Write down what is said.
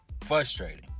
frustrating